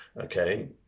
okay